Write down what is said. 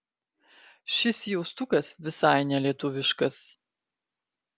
šis jaustukas visai nelietuviškas